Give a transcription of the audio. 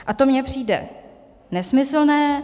A to mi přijde nesmyslné.